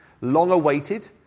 long-awaited